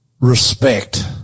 respect